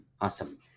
awesome